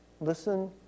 listen